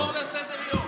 תעבור לסדר-היום.